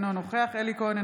אינו נוכח אלי כהן,